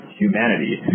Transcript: humanity